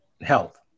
health